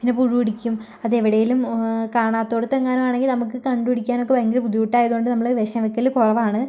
പിന്നെ പുഴുവടിക്കും അതെവിടേലും കാണാത്തിടത്ത് എങ്ങാനും ആണെങ്കിൽ നമുക്ക് കണ്ടൂപിടിക്കാനൊക്കെ ഭയങ്കര ബുദ്ധിമുട്ടായത് കൊണ്ട് നമ്മൾ വിഷം വെക്കല് കുറവാണ്